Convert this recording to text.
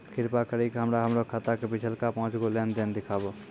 कृपा करि के हमरा हमरो खाता के पिछलका पांच गो लेन देन देखाबो